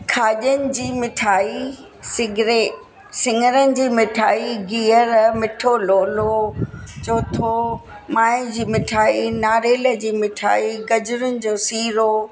खाॼन जी मिठाई सिङरे सिङरनि जी मिठाई गिहर मिठो लोलो चौथो माए जी मिठाई नारेल जी मिठाई गजरुनि जो सीरो